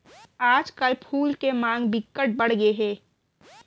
आजकल फूल के मांग बिकट बड़ गे हे